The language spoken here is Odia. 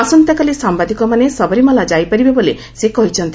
ଆସନ୍ତାକାଲି ସାମ୍ଭାଦିକମାନେ ସବରିମାଳା ଯାଇପାରିବେ ବୋଲି ସେ କହିଛନ୍ତି